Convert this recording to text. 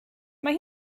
mae